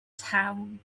town